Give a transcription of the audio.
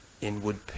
inward